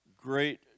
Great